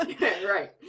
Right